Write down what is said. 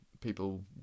people